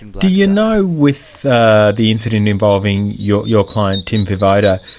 do you know with the incident involving your your client tim vivoda,